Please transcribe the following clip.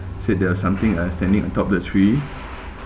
said there was something uh standing on top the tree